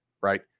right